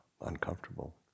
uncomfortable